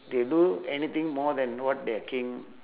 they do anything more than what their king